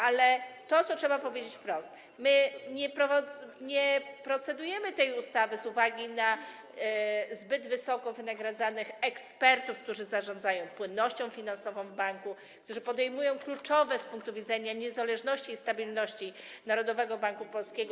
Ale to, co trzeba powiedzieć wprost, to to, że my nie procedujemy nad tą ustawą z uwagi na zbyt wysoko wynagradzanych ekspertów, którzy zarządzają płynnością finansową w banku, którzy podejmują kluczowe z punku widzenia niezależności i stabilności Narodowego Banku Polskiego.